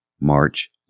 March